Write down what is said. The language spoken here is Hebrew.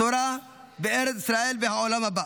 תורה וארץ ישראל והעולם הבא.